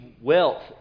wealth